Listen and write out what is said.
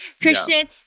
Christian